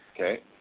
Okay